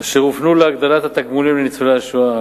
אשר הופנו להגדלת התגמולים לניצולי השואה,